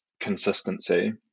consistency